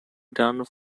done